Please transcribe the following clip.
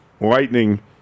lightning